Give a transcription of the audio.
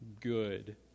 good